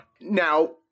Now